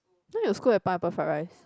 now you score at pineapple fried rice